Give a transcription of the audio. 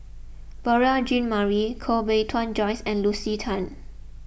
Beurel Jean Marie Koh Bee Tuan Joyce and Lucy Tan